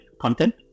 content